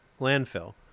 landfill